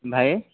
ଭାଇ